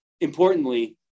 importantly